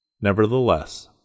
Nevertheless